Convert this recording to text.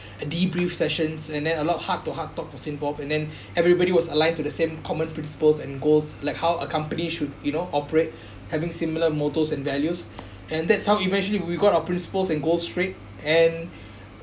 debrief sessions and then a lot of heart to heart talk was involved and then everybody was aligned to the same common principles and goals like how a company should you know operate having similar motors and values and that's how eventually we got our principles and gold streak and